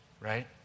right